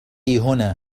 هنا